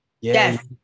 yes